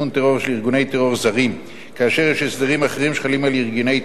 טרור זרים כאשר יש הסדרים אחרים שחלים על ארגוני טרור מקומיים.